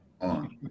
on